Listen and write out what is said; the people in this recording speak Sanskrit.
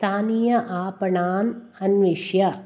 स्थानीय आपणान् अन्विष्य